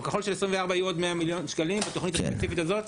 אבל בכחול של 24' יהיו עוד 100 מיליון שקלים בתכנית הספציפית הזאת?